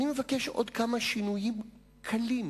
אני מבקש עוד כמה שינויים קלים.